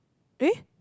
eh